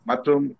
Matum